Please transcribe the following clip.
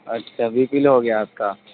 اچھا B P low ہو گیا ہے آپ کا